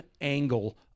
angle